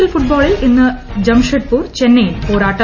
L ഫുട്ബോളിൽ ഇന്ന് ജംഷഡ്പൂർ ചെന്നൈയിൻ പോരാട്ടം